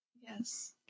Yes